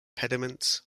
pediment